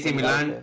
Milan